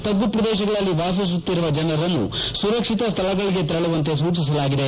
ತಗ್ಗು ಪ್ರದೇಶಗಳಲ್ಲಿ ವಾಸಿಸುತ್ತಿರುವ ಜನರನ್ನು ಸುರಕ್ಷಿತ ಸ್ವಳಗಳಿಗೆ ತೆರಳುವಂತೆ ಸೂಚಿಸಲಾಗಿದೆ